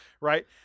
right